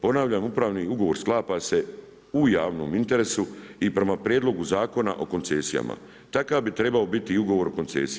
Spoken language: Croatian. Ponavljam, upravni ugovor sklapa se u javnom interesu i prema prijedlogu Zakona o koncesijama, takav bi trebao biti i ugovor o koncesiji.